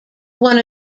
one